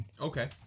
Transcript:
Okay